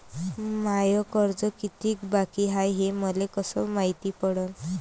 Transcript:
माय कर्ज कितीक बाकी हाय, हे मले कस मायती पडन?